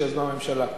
שיזמה הממשלה.